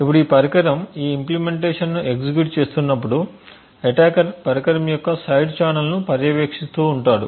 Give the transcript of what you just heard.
ఇప్పుడు ఈ పరికరం ఈ ఇంప్లీమెంటేషన్ ను ఎగ్జిక్యూట్ చేస్తున్నప్పుడు అటాకర్ పరికరం యొక్క సైడ్ ఛానెల్ను పర్యవేక్షిస్తూ ఉంటాడు